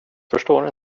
förstår